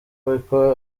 witwa